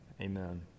Amen